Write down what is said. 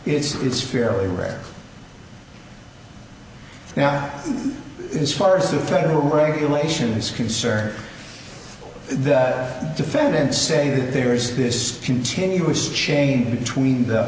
it's it's fairly rare now as far as the federal regulation is concerned the defendants say that there is this continuous chain between the